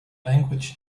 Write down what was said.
language